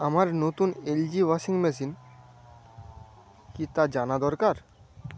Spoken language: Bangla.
আমার নতুন এলজি ওয়াশিং মেশিন কি তা জানা দরকার